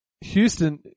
Houston